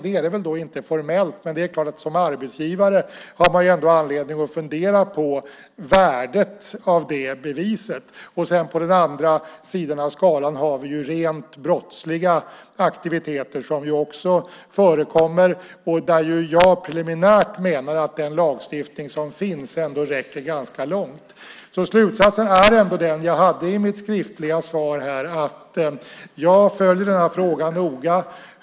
Det är det ju inte formellt, men som arbetsgivare har man ändå anledning att fundera över värdet av ett sådant examensbevis. I andra änden av skalan finns rent brottsliga aktiviteter, som också förekommer. Där menar jag preliminärt att den lagstiftning som finns ändå räcker ganska långt. Slutsatsen är ändå den jag hade i mitt skriftliga svar. Jag följer denna fråga noga.